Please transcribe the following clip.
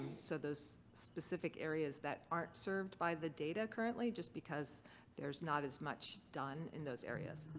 so those specific areas that aren't served by the data currently, just because there's not as much done in those areas.